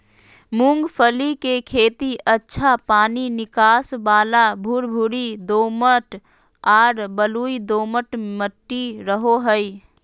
मूंगफली के खेती अच्छा पानी निकास वाला भुरभुरी दोमट आर बलुई दोमट मट्टी रहो हइ